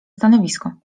stanowisko